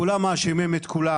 כולם מאשימים את כולם,